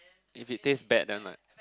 if it taste bad then like